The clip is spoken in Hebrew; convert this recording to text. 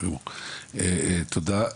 תודה.